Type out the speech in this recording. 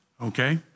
Okay